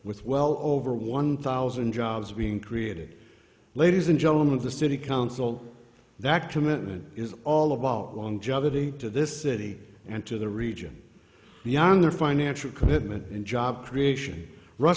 with well over one thousand jobs being created ladies and gentlemen the city council that commitment is all about longevity to this city and to the region beyond their financial commitment and job creation rus